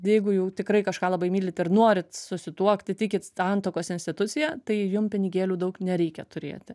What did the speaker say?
jeigu jau tikrai kažką labai mylit ir norit susituokti tikit santuokos institucija tai jum pinigėlių daug nereikia turėti